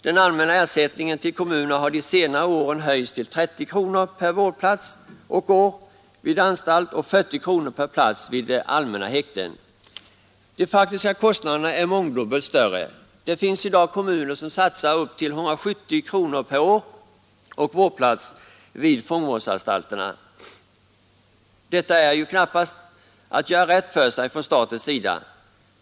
Den allmänna ersättningen till kommunerna har de senare åren höjts till 30 kronor per vårdplats och år vid anstalt och 40 kronor per plats vid allmänna häkten. De faktiska kostnaderna är mångdubbelt större. Det finns i dag kommuner som satsar upp till 170 kronor per år och vårdplats vid fångvårdsanstalterna. Detta är ju knappast att göra rätt för sig från statens sida.